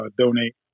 donate